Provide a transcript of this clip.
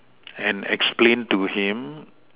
and explained to him